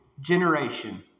generation